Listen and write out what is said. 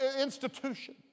institution